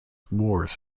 moors